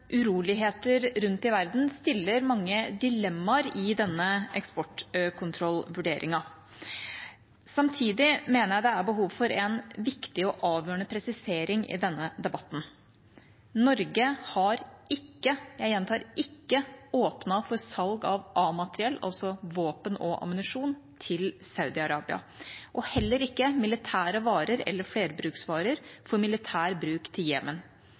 Uroligheter rundt i verden stiller oss overfor mange dilemmaer i denne eksportkontrollvurderingen. Samtidig mener jeg det er behov for en viktig og avgjørende presisering i denne debatten. Norge har ikke – jeg gjentar «ikke» – åpnet for salg av A-materiell, altså våpen og ammunisjon, til Saudi-Arabia, og heller ikke for militære varer eller flerbruksvarer for militær bruk til